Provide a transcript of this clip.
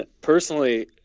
personally